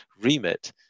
remit